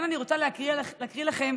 אני רוצה להקריא לכם